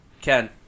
Ken